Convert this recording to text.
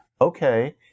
okay